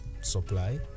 supply